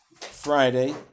Friday